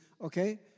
okay